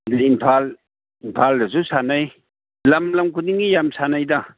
ꯑꯗꯨ ꯏꯝꯐꯥꯜ ꯏꯝꯐꯥꯜꯗꯁꯨ ꯁꯥꯟꯅꯩ ꯂꯝ ꯂꯝ ꯈꯨꯗꯤꯡꯒꯤ ꯌꯥꯝ ꯁꯥꯟꯅꯩꯗ